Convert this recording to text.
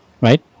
Right